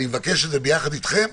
אני מבקש את זה ביחד אתכם,